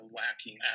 lacking